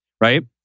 right